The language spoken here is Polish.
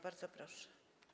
Bardzo proszę.